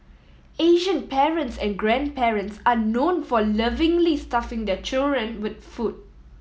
Asian parents and grandparents are known for lovingly stuffing their children with food